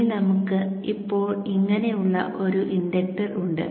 ഇനി നമുക്ക് ഇപ്പോൾ ഇങ്ങനെ ഉള്ള ഒരു ഇൻഡക്ടർ ഉണ്ട്